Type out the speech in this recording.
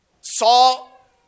Saul